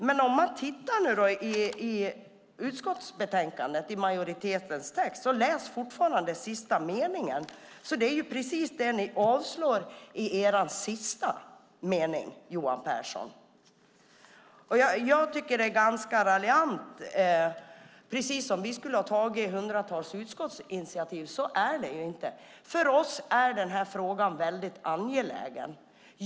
Men läs sista meningen i majoritetens text i utskottsbetänkandet, för det är ju precis det ni avslår, Johan Pehrson. Jag tycker att det är ganska raljant. Det låter precis som om vi skulle ha tagit hundratals utskottsinitiativ. Så är det ju inte. För oss är den här frågan väldigt angelägen.